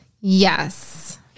Yes